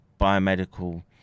biomedical